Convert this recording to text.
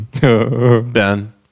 Ben